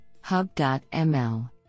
hub.ml